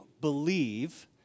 believe